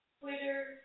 Twitter